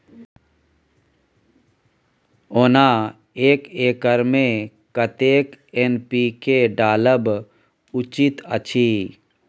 ओना एक एकर मे कतेक एन.पी.के डालब उचित अछि?